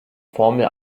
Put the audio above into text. formel